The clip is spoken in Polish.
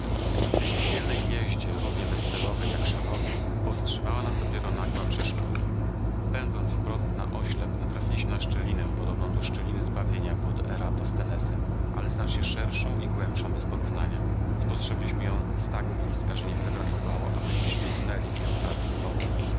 w tej piekielnej jeździe równie bezcelowej jak szalonej powstrzymała nas dopiero nagła przeszkoda pędząc wprost na oślep natrafiliśmy na szczelinę podobną do szczeliny zbawienia pod eratosthenesem ale znacznie szerszą i głębszą bez porównania spostrzegliśmy ją z tak blizka że niewiele brakowało a bylibyśmy runęli w nią wraz z wozem